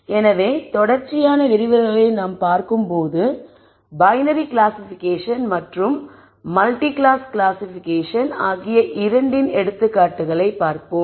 எனவே தொடர்ச்சியான விரிவுரைகளை நாம் பார்க்கும்போது பைனரி கிளாசிபிகேஷன் மற்றும் மல்டி கிளாஸ் கிளாசிபிகேஷன் ஆகிய இரண்டின் எடுத்துக்காட்டுகளைப் பார்ப்போம்